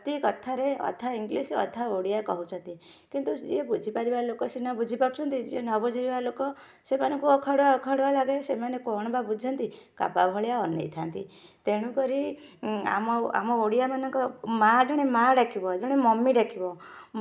ପ୍ରତି କଥାରେ ଅଧା ଇଂଲିଶ ଅଧା ଓଡ଼ିଆ କହୁଛନ୍ତି କିନ୍ତୁ ଯିଏ ବୁଝିପାରିବା ଲୋକ ସିନା ବୁଝି ପାରୁଛନ୍ତି ଯିଏ ନବୁଝିବା ଲୋକ ସେମାନଙ୍କୁ ଅଖାଡ଼ୁଆ ଅଖାଡ଼ୁଆ ଲାଗେ ସେମାନେ କ'ଣ ବା ବୁଝନ୍ତି କାବା ଭଳିଆ ଅନେଇ ଥାନ୍ତି ତେଣୁକରି ଆମ ଆମ ଓଡ଼ିଆମାନଙ୍କ ମାଁ ଜଣେ ମାଁ ଡାକିବ ଜଣେ ମମି ଡାକିବ